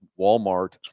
Walmart